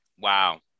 Wow